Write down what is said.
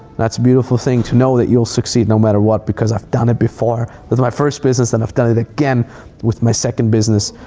that's a beautiful thing, to know that you'll succeed no matter what, because i've done it before with my first business and i've done it again with my second business.